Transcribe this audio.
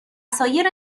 سایر